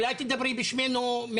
אולי תדברי בשמנו?